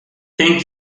thank